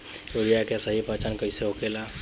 Urea के सही पहचान कईसे होखेला?